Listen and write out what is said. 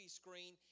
screen